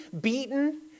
beaten